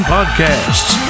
Podcasts